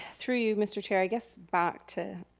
through you mr. chair, i guess back to